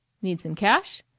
need some cash?